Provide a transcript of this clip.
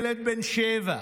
ילד בן שבע,